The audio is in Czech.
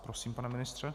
Prosím, pane ministře.